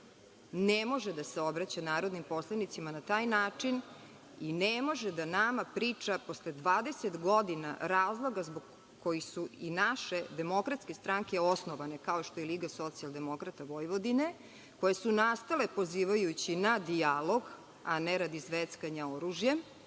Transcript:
ne može da se obraća narodnim poslanicima na taj način i ne može da nama priča posle 20 godina razloge zbog kojih su i naše, demokratske stranke, osnovane, kao što je i LSDV, koje su nastale pozivajući na dijalog, a ne radi zveckanja oružjem